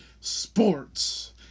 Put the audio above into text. sports